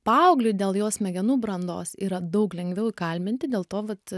paauglį dėl jo smegenų brandos yra daug lengviau įkalbinti dėl to vat